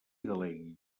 delegui